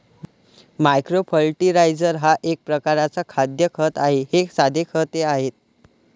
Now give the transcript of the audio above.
micro fertiliser हा एक प्रकारचा खाद्य खत आहे हे साधे खते आहेत